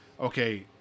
okay